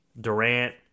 Durant